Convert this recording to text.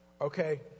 okay